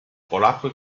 polacco